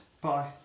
Bye